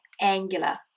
angular